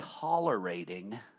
tolerating